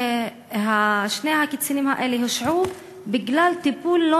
שני הקצינים האלה הושעו בגלל טיפול לא